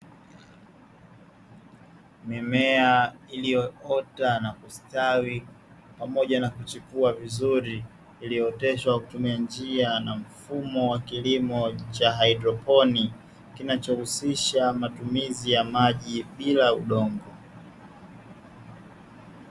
Mimea iliyoota na kustawi pamoja na kuchipua vizuri, iliyooteshwa kupitia njia na mfumo wa kilimo cha haidroponi. Kinachohusisha matumizi ya maji bila udongo.